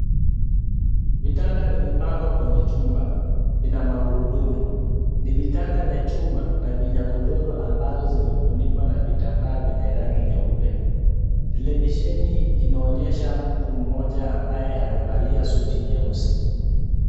Vitanda vimepangwa kwenye chumba, vina magurudumu, ni vitanda vya chuma, na vina godoro ambazo zimefunikwa na vitambaa vyenye rangi nyeupe, televisheni inaonyesha mtu mmoja ambaye amevalia suti nyeusi.